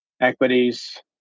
equities